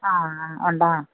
ആ ആ ഉണ്ട് ആ